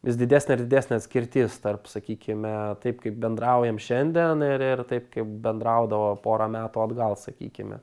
vis didesnė ir didesnė atskirtis tarp sakykime taip kaip bendraujam šiandien ir ir taip kaip bendraudavo porą metų atgal sakykime